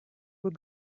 were